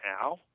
now